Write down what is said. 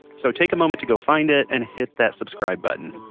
so take a moment to go find it and hit that subscribe button.